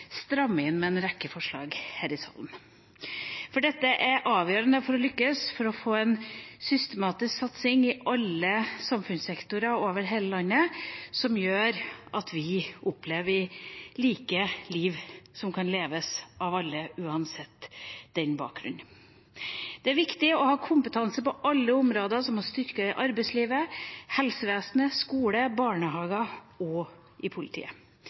inn med en rekke forslag her i salen. For dette er avgjørende for å lykkes med å få en systematisk satsing i alle samfunnssektorer over hele landet, som gjør at vi opplever like liv som kan leves av alle, uansett bakgrunn. Det er viktig å ha kompetanse på alle områder, som å styrke arbeidslivet, helsevesenet, skole, barnehager og politiet.